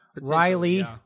Riley